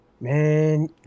Man